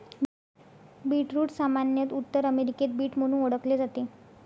beetroot सामान्यत उत्तर अमेरिकेत बीट म्हणून ओळखले जाते